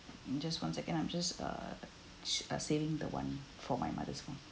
just one second I'm just uh sh~ saving the one for my mother's one